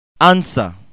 Answer